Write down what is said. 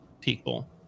people